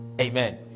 amen